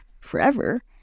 forever